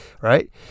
right